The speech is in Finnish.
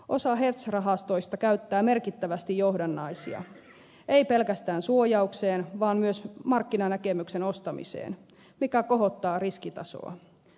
osa hedge rahastoista käyttää merkittävästi johdannaisia ei pelkästään suojaukseen vaan myös markkinanäkemyksen ostamiseen mikä kohottaa riskitasoa